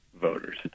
voters